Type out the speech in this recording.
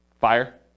Fire